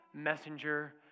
messenger